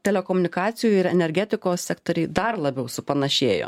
telekomunikacijų ir energetikos sektoriai dar labiau supanašėjo